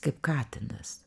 kaip katinas